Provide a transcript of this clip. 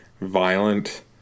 violent